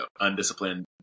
undisciplined